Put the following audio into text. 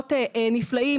עמותת אנוש,